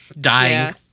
dying